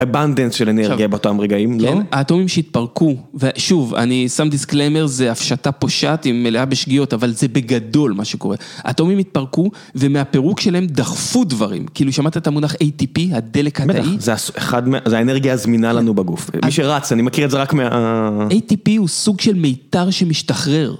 אמבנדס של אנרגיה עכשיו באותם רגעים, לא? כן ,האטומים שהתפרקו, ושוב, אני שם דיסקלמר, זה הפשטה פושעת היא מלאה בשגיאות, אבל זה בגדול מה שקורה. האטומים התפרקו, ומהפירוק שלהם דחפו דברים. כאילו, שמעת את המונח ATP, הדלק התאי? בטח, זה הסו אחד זה האנרגיה הזמינה לנו בגוף. מי שרץ, אני מכיר את זה רק מה... ATP הוא סוג של מיתר שמשתחרר.